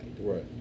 right